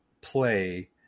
play